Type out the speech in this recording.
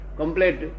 complete